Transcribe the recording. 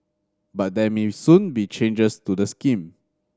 but there may soon be changes to the scheme